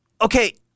Okay